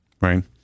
Right